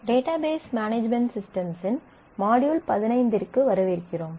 database management systems in module பதினைந்திற்கு வரவேற்கிறோம்